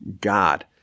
God